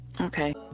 Okay